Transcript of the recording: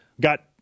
got